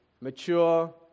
mature